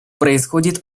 происходит